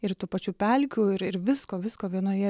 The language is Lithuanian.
ir tų pačių pelkių ir ir visko visko vienoje